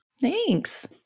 Thanks